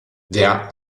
der